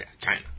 China